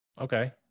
Okay